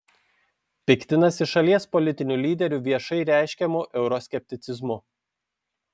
piktinasi šalies politinių lyderių viešai reiškiamu euroskepticizmu